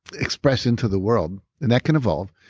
express into the world, and that can evolve,